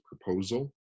proposal